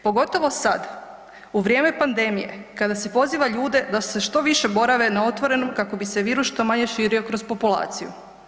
Pogotovo sad u vrijeme pandemije kada se poziva ljude da što više borave na otvorenom kako bi se virus što manje širio kroz populaciju.